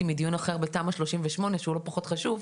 מדיון אחר בתמ"א 38 שהוא לא פחות חשוב.